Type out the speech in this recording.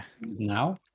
Now